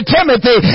Timothy